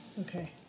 Okay